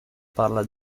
parla